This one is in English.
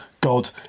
God